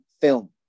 film